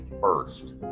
first